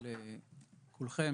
לכולכם,